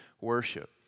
worship